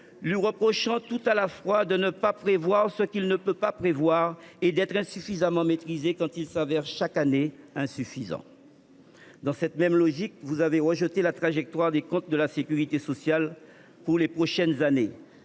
lui reprochant tout à la fois de ne pas prévoir ce qu’il ne peut pas prévoir et d’être insuffisamment maîtrisé quand il se révèle chaque année insuffisant. Dans cette même logique, vous avez rejeté la trajectoire des comptes de la sécurité sociale pour les prochaines années,